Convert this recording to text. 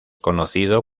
conocido